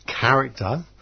character